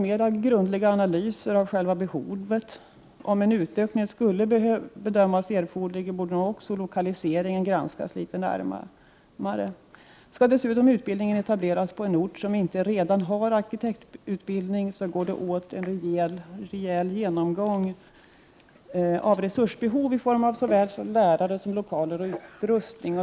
Mer grundliga analyser av själva behovet behöver nog göras. Om en utökning skulle bedömas erforderlig, borde nog också lokaliseringen granskas litet närmare. Skall dessutom utbildning etableras på en ort som inte redan har arkitektutbildning, behövs en rejäl genomgång av resursbehov i form av lärare, lokaler och utrustning.